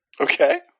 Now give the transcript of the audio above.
Okay